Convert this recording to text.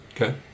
Okay